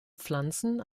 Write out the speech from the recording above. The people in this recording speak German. pflanzen